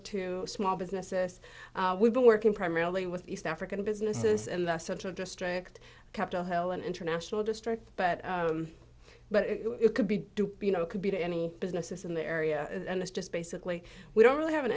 to small businesses we've been working primarily with east african businesses and central district capitol hill and international district but but it could be do you know it could be to any businesses in the area and it's just basically we don't really have an